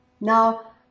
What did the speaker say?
now